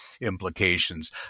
implications